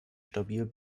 stabil